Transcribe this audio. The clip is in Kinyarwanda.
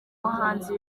muhanzi